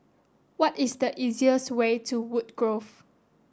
what is the easiest way to Woodgrove